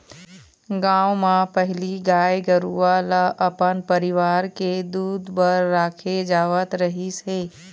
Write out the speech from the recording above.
गाँव म पहिली गाय गरूवा ल अपन परिवार के दूद बर राखे जावत रहिस हे